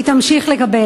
היא תמשיך לקבל.